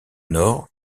nord